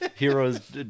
Heroes